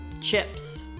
Chips